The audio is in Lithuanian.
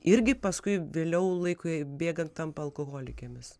irgi paskui vėliau laikui bėgant tampa alkoholikėmis